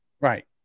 Right